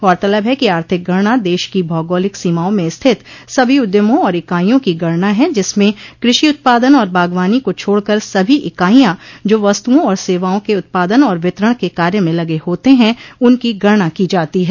गौरतलब है कि आर्थिक गणना देश की भौगोलिक सीमाओं में स्थित सभी उद्यमों और इकाईयों की गणना है जिसमें कृषि उत्पादन और बागवानी को छोड़कर सभी इकाईया जो वस्तुओं और सेवाओं के उत्पादन और वितरण के कार्य में लगे होते हैं उनकी गणना की जाती है